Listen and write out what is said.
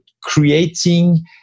creating